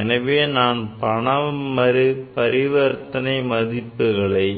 எனவே நாம் பணப்பரிவர்த்தனை மதிப்புகளை